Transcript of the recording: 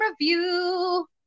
review